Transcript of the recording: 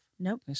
Nope